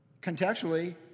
contextually